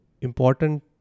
important